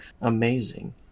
amazing